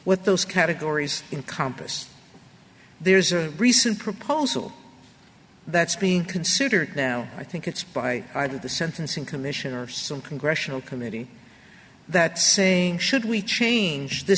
what those categories in compas there's a recent proposal that's being considered now i think it's by either the sentencing commission or some congressional committee that saying should we change th